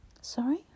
Sorry